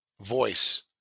voice